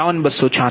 1 105